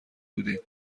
بودیم